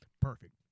perfect